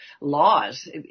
laws